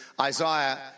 Isaiah